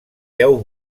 deu